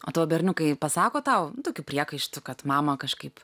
o tavo berniukai pasako tau tokių priekaištų kad mama kažkaip